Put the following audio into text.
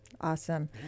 Awesome